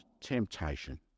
temptation